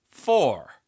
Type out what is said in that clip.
Four